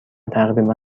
تقریبا